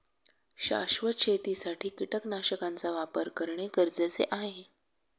शाश्वत शेतीसाठी कीटकनाशकांचा वापर करणे गरजेचे आहे